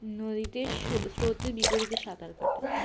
নদীতে শ্রো স্রোতের বিপরীতে সাঁতার কাটা